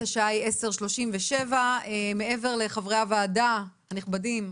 השעה היא 10:37. מעבר לחברי הוועדה הנכבדים,